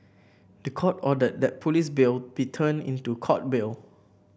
the court ordered that police bail be turned into court bail